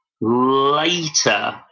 later